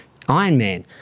Ironman